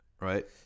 right